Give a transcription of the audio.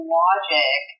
logic